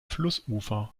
flussufer